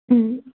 మ్మ్